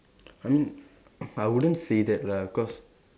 I mean I wouldn't say that lah cause